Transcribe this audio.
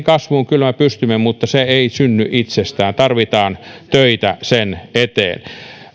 kasvuun me kyllä pystymme mutta se ei synny itsestään tarvitaan töitä sen eteen